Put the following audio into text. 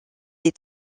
des